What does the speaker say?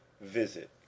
visit